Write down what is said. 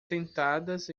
sentadas